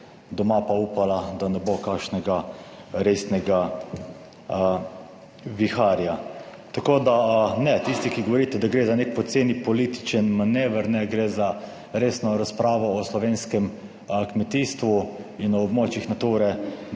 doma pa upala, da ne bo kakšnega resnega viharja. Tako da, ne, tisti, ki govorite, da gre za nek poceni političen manever, ne gre za resno razpravo o slovenskem kmetijstvu in o območjih Nature 2000,